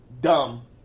Dumb